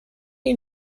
ihn